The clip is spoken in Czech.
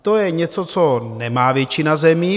To je něco, co nemá většina zemí.